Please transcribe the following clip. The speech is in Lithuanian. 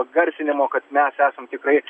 garsinimo kad mes esam tikrai